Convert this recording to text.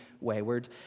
wayward